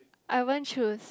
I won't choose